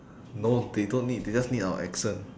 no they don't need they just need our accent